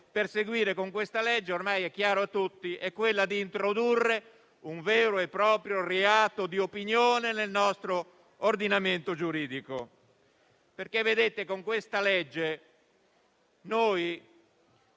perseguire con questa legge, come ormai è chiaro a tutti, è quella di introdurre un vero e proprio reato di opinione nel nostro ordinamento giuridico. Con questa legge infatti